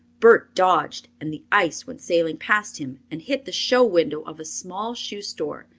bert dodged, and the ice went sailing past him and hit the show window of a small shoe store,